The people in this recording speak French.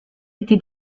été